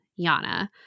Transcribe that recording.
Yana